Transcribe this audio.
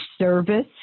service